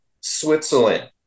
Switzerland